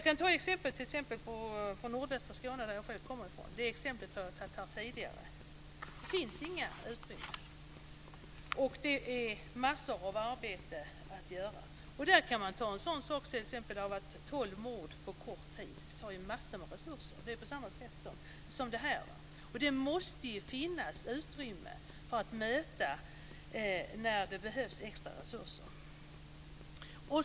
Det finns exempel från nordvästra Skåne som jag själv kommer från. Det exemplet har jag tagit här tidigare. Det finns inget utrymme. Det är massor av arbete att göra. Jag kan bara nämna en sådan sak som att det har varit tolv mord på kort tid. Det tar massor av resurser. Det är på samma sätt som det vi pratar om här. Det måste ju finnas utrymme att möta situationer där det behövs extra resurser.